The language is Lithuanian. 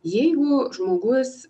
jeigu žmogus